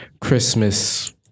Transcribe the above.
Christmas